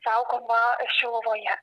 saugoma šiluvoje